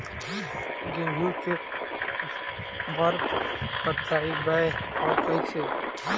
गेहूं के बार पटैबए और कैसे?